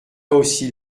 aussi